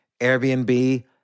Airbnb